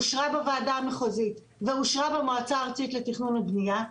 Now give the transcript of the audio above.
אושרה בוועדה המחוזית ואושרה במועצה הארצית לתכנון ובנייה,